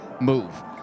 Move